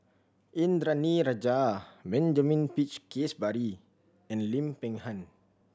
Indranee Rajah Benjamin Peach Keasberry and Lim Peng Han